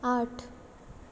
आठ